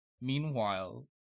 meanwhile